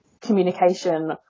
communication